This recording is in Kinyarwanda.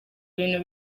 ibintu